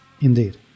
indeed